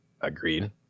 Agreed